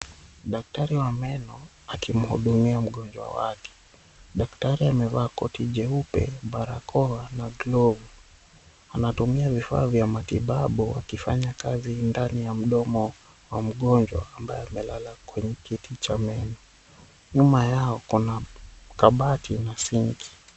Daktari wa meno akimhudumia mgonjwa wake. Daktari amevaa koti jeupe, barakoa na glovu. Anatumia vifaa vya matibabu akifanya kazi ndani ya mdomo wa mgonjwa, ambaye amelala kwenye kiti cha meno. Nyuma yao kuna kabati na sinki.